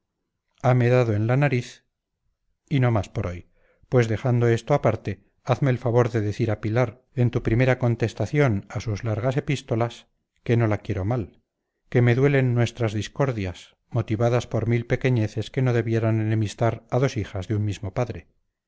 hame dado en la nariz y no más por hoy pues dejando esto aparte hazme el favor de decir a pilar en tu primera contestación a sus largas epístolas que no la quiero mal que me duelen nuestras discordias motivadas por mil pequeñeces que no debieran enemistar a dos hijas de un mismo padre